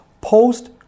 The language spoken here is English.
post